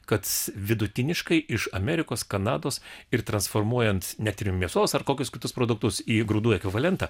kad vidutiniškai iš amerikos kanados ir transformuojant net ir mėsos ar kokius kitus produktus į grūdų ekvivalentą